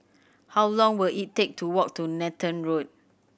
how long will it take to walk to Nathan Road